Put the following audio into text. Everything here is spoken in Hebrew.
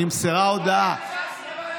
נמסרה הודעה.